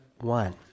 one